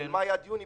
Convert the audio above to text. של מאי עד יוני,